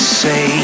say